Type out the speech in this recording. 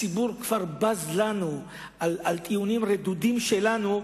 הציבור כבר בז לנו על הטיעונים הרדודים שלנו,